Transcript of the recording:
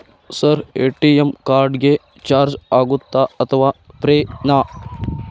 Sir ATM card ಗೆ charge ಆಗುತ್ತಾ ಅಥವಾ ಫ್ರೇ ನಾ?